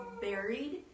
buried